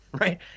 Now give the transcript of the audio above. Right